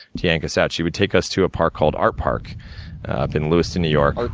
to yank us out. she would take us to a park called art park, up in lewiston, new york.